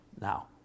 now